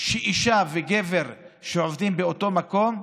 שיש הפרשי שכר בין אישה לגבר שעובדים באותו מקום,